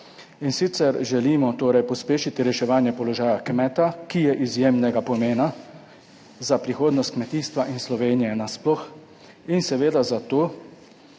in sicer, želimo torej pospešiti reševanje položaja kmeta, ki je izjemnega pomena za prihodnost kmetijstva in Slovenije nasploh in seveda za to,